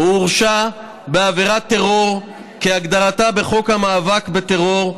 "הוא הורשע בעבירת טרור כהגדרתה בחוק המאבק בטרור,